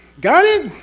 got it?